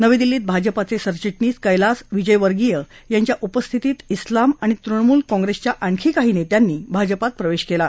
नवी दिल्लीत भाजपाचे सरचिटणीस क्लास विजय वर्गिय यांच्या उपस्थितीत उंलाम आणि तृणमूल काँप्रेसच्या आणखी काही नेत्यांनी भाजपात प्रवेश केला